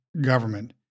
government